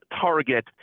target